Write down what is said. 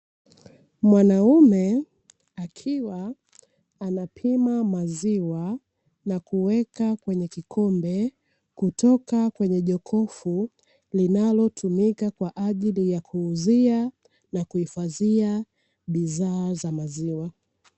Mwanaume akiwa anapima maziwa na kuweka kwenye kikombe, kutoka kwenye jokofu linalotumika kwa ajili ya kuuzia na kuhifadhia bidhaa za maziwa.